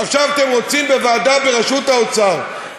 עכשיו אתם רוצים ועדה בראשות האוצר.